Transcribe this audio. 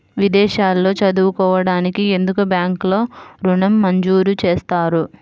విదేశాల్లో చదువుకోవడానికి ఎందుకు బ్యాంక్లలో ఋణం మంజూరు చేస్తుంది?